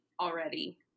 already